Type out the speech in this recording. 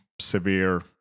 severe